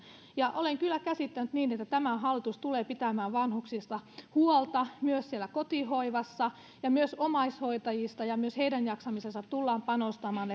ja olen kyllä käsittänyt niin että tämä hallitus tulee pitämään vanhuksista huolta myös siellä kotihoivassa ja myös omaishoitajista ja myös heidän jaksamiseensa tullaan panostamaan